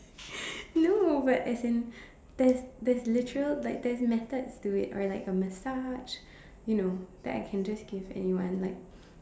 no but as in there's there's literal like there's methods to it or like a massage you know that I can just give anyone like